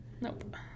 nope